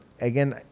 again